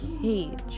cage